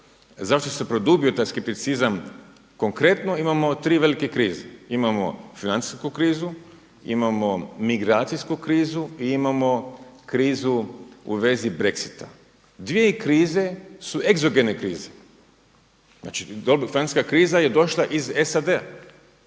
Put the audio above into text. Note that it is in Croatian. zašto se produbio taj skepticizam, konkretno imamo tri velike krize. Imamo financijsku krizu, imamo migracijsku krizu i imamo krizu u vezi Brexita. Dvije krize su egzogene krize, znači francuska kriza je došla iz SAD,